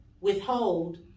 withhold